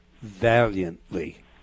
valiantly